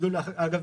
אגב,